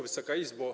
Wysoka Izbo!